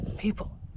People